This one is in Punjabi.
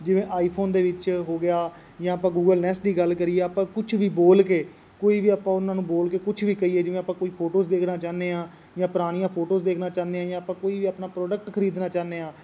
ਜਿਵੇਂ ਆਈਫੋਨ ਦੇ ਵਿੱਚ ਹੋ ਗਿਆ ਜਾਂ ਆਪਾਂ ਗੂਗਲ ਨੈਸ ਦੀ ਗੱਲ ਕਰੀਏ ਆਪਾਂ ਕੁਛ ਵੀ ਬੋਲ ਕੇ ਕੋਈ ਵੀ ਆਪਾਂ ਉਹਨਾਂ ਨੂੰ ਬੋਲ ਕੇ ਕੁਛ ਵੀ ਕਹੀਏ ਜਿਵੇਂ ਆਪਾਂ ਕੋਈ ਫੋਟੋਜ ਦੇਖਣਾ ਚਾਹੁੰਦੇ ਹਾਂ ਜਾਂ ਪੁਰਾਣੀਆਂ ਫੋਟੋਜ ਦੇਖਣਾ ਚਾਹੁੰਦੇ ਹਾਂ ਜਾਂ ਆਪਾਂ ਕੋਈ ਵੀ ਆਪਣਾ ਪ੍ਰੋਡਕਟ ਖਰੀਦਣਾ ਚਾਹੁੰਦੇ ਹਾਂ